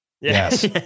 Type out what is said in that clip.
Yes